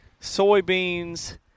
soybeans